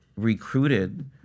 recruited